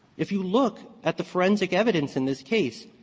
if you look at the forensic evidence in this case,